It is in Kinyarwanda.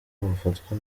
bafatwa